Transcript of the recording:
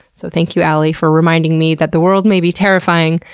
so thank you, alie, for reminding me that the world may be terrifying,